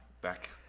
Back